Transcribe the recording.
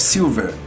Silver